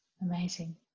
amazing